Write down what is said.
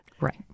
Right